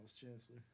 Chancellor